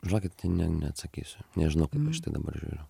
žinokite ne ne neatsakysiu nežinau kaip aš į tai dabar žiūriu